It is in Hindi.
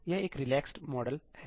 यह एक रिलैक्ड मॉडल है